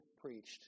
preached